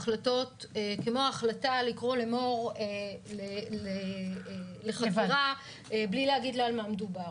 כמו ההחלטה לקרוא למור לחקירה בלי להגיד לה על מה מדובר.